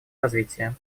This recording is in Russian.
развития